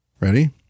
Ready